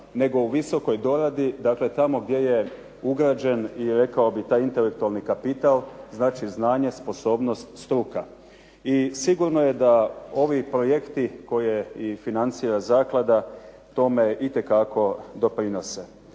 nego u visokoj doradi, dakle tamo gdje je ugrađen i rekao bih taj intelektualni kapital, znači znanje, sposobnost, struka. I sigurno je da ovi projekti koje i financira zaklada tome itekako doprinose.